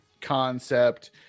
concept